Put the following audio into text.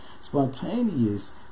spontaneous